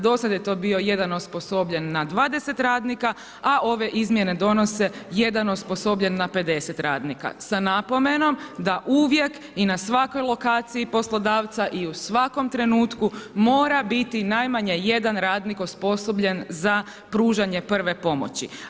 Do sad je to bio jedan osposobljen na 20 radnika, a ove izmjene donose jedan osposobljen na 50 radnika, sa napomenom da uvijek i na svakoj lokaciji poslodavca i u svakom trenutku mora biti najmanje jedan radnik osposobljen za pružanje prve pomoći.